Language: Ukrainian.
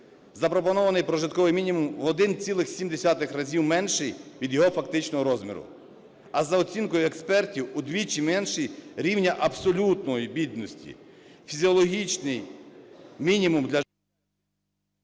Запропонований прожитковий мінімум в 1,7 рази менший від його фактичного розміру, а за оцінкою експертів удвічі менший рівня абсолютної бідності. Фізіологічний мінімум…